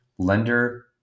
lender